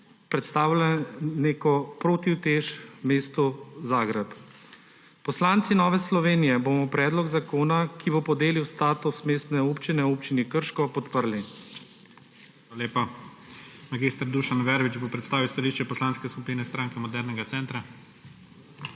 predstavljala neko protiutež mestu Zagreb. Poslanci Nove Slovenije bomo predlog zakona, ki bo podelil status mestne občine Občini Krško, podprli. PREDSEDNIK IGOR ZORČIČ: Hvala lepa. Mag. Dušan Verbič bo predstavila stališče Poslanske skupine Stranke modernega centra.